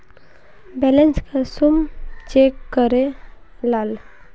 Balance कुंसम check करे लाल?